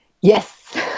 Yes